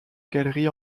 galerie